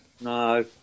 No